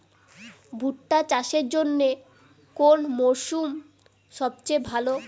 ভুট্টা চাষের জন্যে কোন মরশুম সবচেয়ে ভালো?